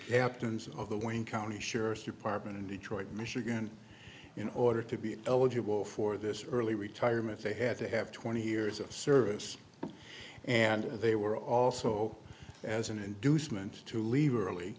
captains of the wayne county sheriff's department in detroit michigan in order to be eligible for this early retirement they had to have twenty years of service and they were also as an inducement to leave early